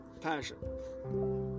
passion